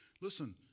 Listen